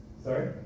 Sorry